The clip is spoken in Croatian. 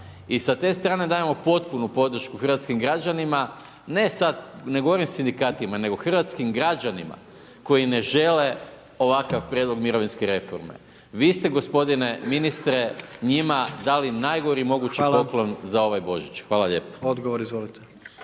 I sa te strane dajemo potpunu podršku hrvatskim građanima, ne sad, ne govorim sindikatima, nego hrvatskim građanima koji ne žele ovakav prijedlog mirovinske reforme. Vi ste gospodine ministre njima dali najgori mogući poklon za ovaj Božić, hvala lijepo. **Jandroković,